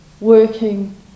working